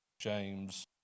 James